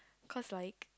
cause like